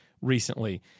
recently